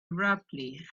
abruptly